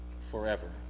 forever